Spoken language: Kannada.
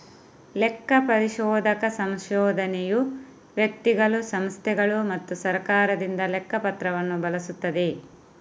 ಲೆಕ್ಕ ಪರಿಶೋಧಕ ಸಂಶೋಧನೆಯು ವ್ಯಕ್ತಿಗಳು, ಸಂಸ್ಥೆಗಳು ಮತ್ತು ಸರ್ಕಾರದಿಂದ ಲೆಕ್ಕ ಪತ್ರವನ್ನು ಬಳಸುತ್ತದೆ